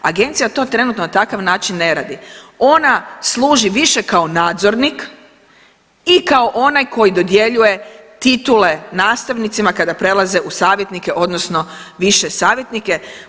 Agencija to trenutno na takav način ne radi, ona služi više kao nadzornik i kao onaj koji dodjeljuje titule nastavnicima kada prelaze u savjetnike odnosno više savjetnike.